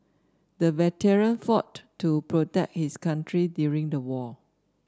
the veteran fought to protect his country during the war